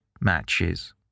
matches